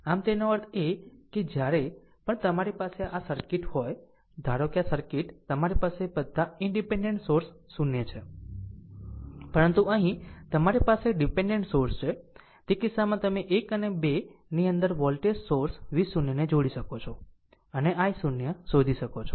આમ તેનો અર્થ એ કે જ્યારે પણ તમારી પાસે આ સર્કિટ હોય ધારો કે આ સર્કિટ તમારી પાસે બધા ઈનડીપેનડેન્ટ સોર્સ 0 છે પરંતુ અહીં તમારી પાસે ડીપેનડેન્ટ સોર્સ છે તે કિસ્સામાં તમે 1 અને 2 ની અંદર વોલ્ટેજ સ્ત્રોત V0 ને જોડી શકો છો અને i0 શોધી શકો છો